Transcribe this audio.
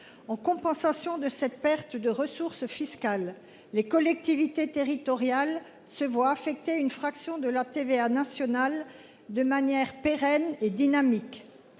en compensation de cette perte de ressources fiscales, les collectivités territoriales se voir affecter une fraction de la TVA. De manière pérenne et dynamique.